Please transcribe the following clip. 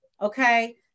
Okay